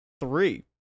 three